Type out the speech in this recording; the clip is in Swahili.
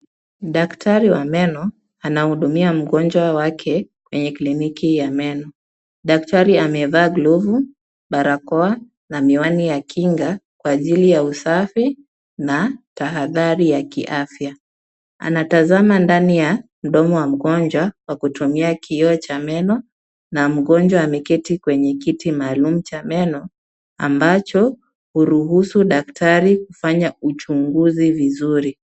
Daktari wa meno anahudumia mgonjwa wake kwenye kliniki ya meno. Daktari amevaa glovu, barakoa na miwani ya kinga kwa ajili ya usafi na tahadhari ya kiafya. Anatazama ndani ya mdomo wa mgonjwa kwa kutumia kioo cha meno na mgonjwa ameketi kwenye kiti maalum cha meno ambacho huruhusu daktari kufanya uchunguzi vizuri.